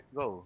go